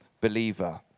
believer